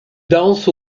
danse